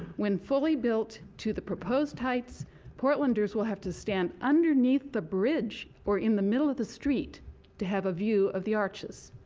when fully built to the proposed heights portlanders will have to stand under the bridge or in the middle of the street to have a view of the arches.